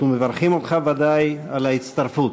אנחנו מברכים אותך ודאי על ההצטרפות.